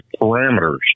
parameters